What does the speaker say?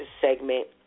segment